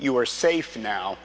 you are safe now